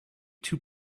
too